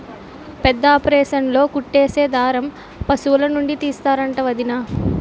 పెద్దాపరేసన్లో కుట్లేసే దారం పశులనుండి తీస్తరంట వొదినా